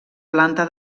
planta